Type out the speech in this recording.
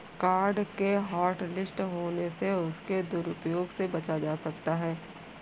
card के hotlist होने से उसके दुरूप्रयोग से बचा जा सकता है